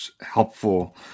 helpful